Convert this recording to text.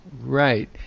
right